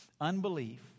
Unbelief